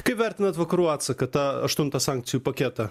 kaip vertinat vakarų atsaką tą aštuntą sankcijų paketą